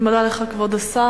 אני מודה לך, כבוד השר.